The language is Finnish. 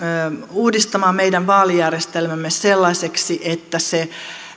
uudistamaan meidän vaalijärjestelmämme sellaiseksi että se